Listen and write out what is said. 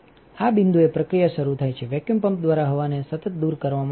આ બિંદુએ પ્રક્રિયાશરૂ થાય છેવેક્યૂમ પંપ દ્વારા હવાને સતત દૂર કરવામાં આવે છે